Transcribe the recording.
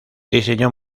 diseñó